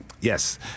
Yes